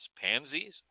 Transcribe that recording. pansies